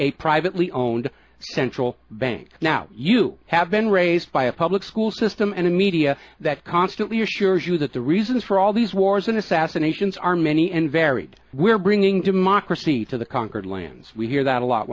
a privately owned central bank now you have been raised by a public school system and a media that constantly assures you that the reasons for all these wars in assassinations are many and varied we're bringing democracy to the conquered lands we hear that a lot